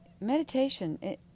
Meditation